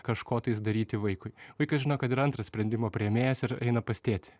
kažko tais daryti vaikui vaikai žino kad yra antras sprendimo priėmėjas ir eina pas tėtį